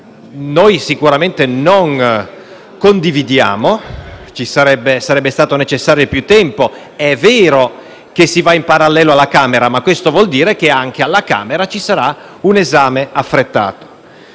noi sicuramente non condividiamo. Sarebbe stato necessario più tempo. È vero che si va in parallelo con i lavori della Camera, ma questo vuol dire che anche alla Camera ci sarà un esame affrettato.